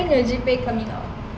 when your G_P_A coming out